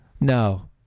No